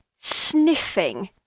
sniffing